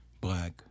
black